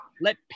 Let